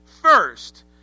first